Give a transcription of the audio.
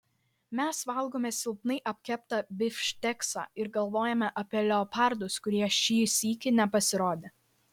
mes valgome silpnai apkeptą bifšteksą ir galvojame apie leopardus kurie ir šį sykį nepasirodė